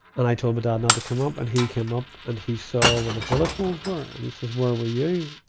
and i told my dad not to come up. and he came up, and he saw where the bullet holes were, and he says, where were you?